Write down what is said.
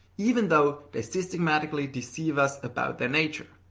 even though they systematically deceive us about their nature.